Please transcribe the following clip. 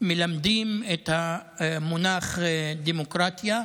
מלמדים את המונח "דמוקרטיה".